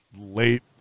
late